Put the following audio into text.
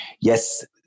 Yes